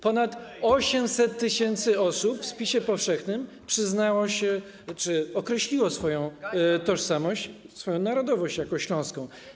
Ponad 800 tys. osób w spisie powszechnym przyznało się czy określiło swoją tożsamość, swoją narodowość jako śląską.